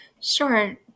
Sure